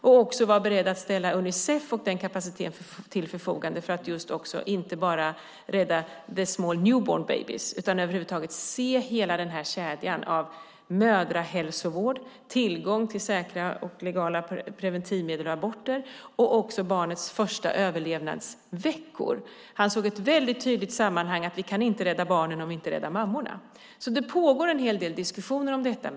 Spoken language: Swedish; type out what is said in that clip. Han är beredd att ställa Unicefs kapacitet till förfogande för att inte bara rädda the small newborn babies utan över huvud taget se till hela kedjan av mödrahälsovård, tillgång till säkra och legala preventivmedel och aborter samt barnets första överlevnadsveckor. Han ser ett tydligt samband mellan att det inte går att rädda barnen om vi inte räddar mammorna. Det pågår en hel del diskussioner om detta.